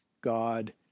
God